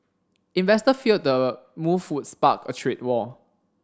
investor feared the move would spark a trade war